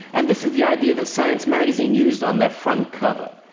and this is the idea that science magazine used on their front cover.